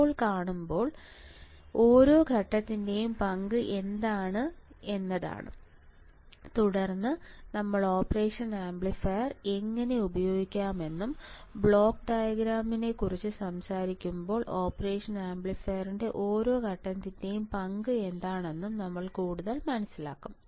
ഇപ്പോൾ കാണുമ്പോൾ ഓരോ ഘട്ടത്തിന്റെയും പങ്ക് എന്താണ് എന്നതാണ് തുടർന്ന് നമ്മൾ ഓപ്പറേഷൻ ആംപ്ലിഫയർ എങ്ങനെ ഉപയോഗിക്കാമെന്നും ബ്ലോക്ക് ഡയഗ്രാമിനെക്കുറിച്ച് സംസാരിക്കുമ്പോൾ ഓപ്പറേഷൻ ആംപ്ലിഫയറിന്റെ ഓരോ ഘട്ടത്തിന്റെയും പങ്ക് എന്താണെന്നും നമ്മൾ കൂടുതൽ മനസിലാക്കും